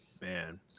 Man